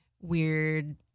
weird